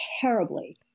terribly